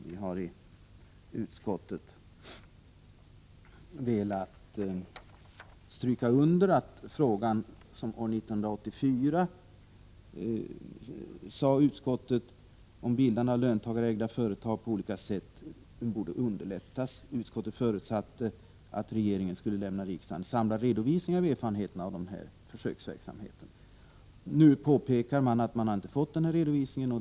Vi har i utskottet velat stryka under vad vi anförde när frågan behandlades år 1984. Utskottet sade då att bildandet av löntagarägda företag på olika sätt borde underlättas, och vi förutsatte att regeringen skulle lämna riksdagen en samlad redovisning av erfarenheterna av försöksverksamheten. Reservanterna påpekar nu att riksdagen inte har fått någon sådan redovisning.